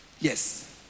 Yes